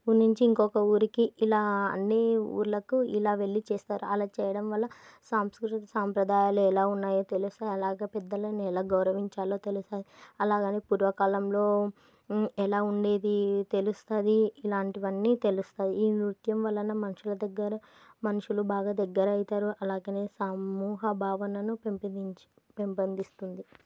ఊరు నుంచి ఇంకొక ఊరికి ఇలా అన్ని ఊర్లకు ఇలా వెళ్లి చేస్తారు అలా చేయడం వల్ల సాంస్కృతిక సాంప్రదాయాలు ఎలా ఉన్నాయో తెలుస్తాయి అలాగే పెద్దలని ఎలా గౌరవించాలో తెలుస్తుంది అలాగనే పూర్వకాలంలో ఎలా ఉండేది తెలుస్తుంది ఇలాంటివన్నీ తెలుస్తుంది ఈ నృత్యం వలన మనుషుల దగ్గర మనుషులు బాగా దగ్గర అవుతారు అలాగనే సమూహ భావనను పెంపొందిస్తుంది